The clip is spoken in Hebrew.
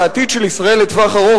העתיד של ישראל לטווח ארוך,